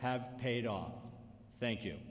have paid off thank you